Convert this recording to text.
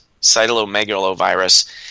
cytomegalovirus